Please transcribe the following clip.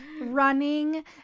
running